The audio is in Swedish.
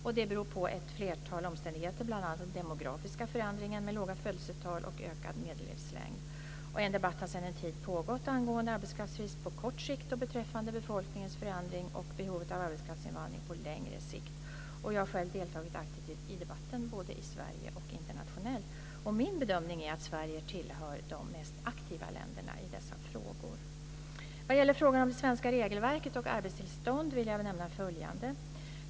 Detta beror på ett flertal omständigheter, bl.a. den demografiska förändringen med låga födelsetal och ökad medellivslängd. En debatt har sedan en tid pågått angående arbetskraftsbrist på kort sikt och beträffande befolkningens förändring och behovet av arbetskraftsinvandring på längre sikt. Jag har själv deltagit aktivt i debatten, både i Sverige och internationellt. Min bedömning är att Sverige tillhör de mest aktiva länderna i dessa frågor. Vad gäller frågan om det svenska regelverket och arbetstillstånd vill jag nämna följande.